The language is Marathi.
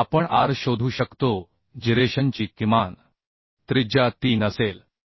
आपण R शोधू शकतो जिरेशनची किमान त्रिज्या 3 असेल